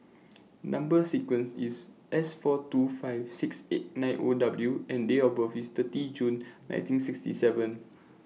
Number sequence IS S four two five six eight nine O W and Date of birth IS thirty June nineteen sixty seven